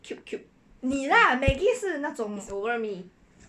你 lah maggie 是那种